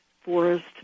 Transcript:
forest